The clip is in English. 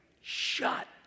shut